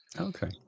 Okay